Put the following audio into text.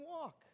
walk